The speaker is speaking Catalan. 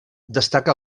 destaca